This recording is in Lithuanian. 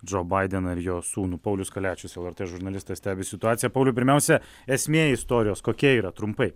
džo baideną ir jo sūnų paulius kaliačius lrt žurnalistas stebi situaciją pauliau pirmiausia esmė istorijos kokia yra trumpai